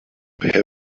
heaven